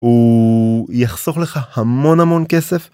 הוא... יחסוך לך המון המון כסף.